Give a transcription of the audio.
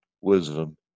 wisdom